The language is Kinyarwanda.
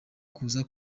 kuza